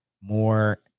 more